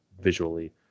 visually